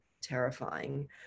terrifying